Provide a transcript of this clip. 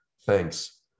Thanks